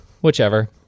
Whichever